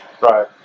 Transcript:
Right